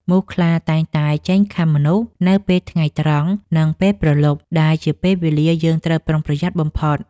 មូសខ្លាតែងតែចេញខាំមនុស្សនៅពេលថ្ងៃត្រង់ និងពេលព្រលប់ដែលជាពេលវេលាយើងត្រូវប្រុងប្រយ័ត្នបំផុត។